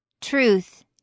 truth